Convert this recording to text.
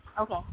Okay